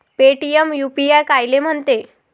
Paytm UPI कायले म्हनते?